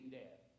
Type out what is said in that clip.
death